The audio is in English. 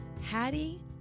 Hattie